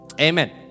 Amen